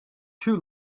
too